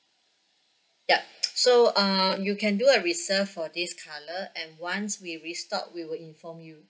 ya so uh you can do a reserve for this colour and once we restock we will inform you